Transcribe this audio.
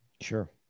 Sure